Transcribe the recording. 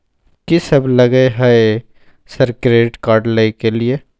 कि सब लगय हय सर क्रेडिट कार्ड लय के लिए?